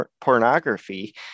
pornography